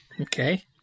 Okay